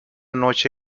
noche